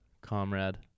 comrade